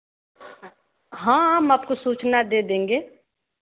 हाँ हम आपको सूचना दे देंगे